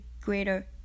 greater